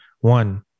One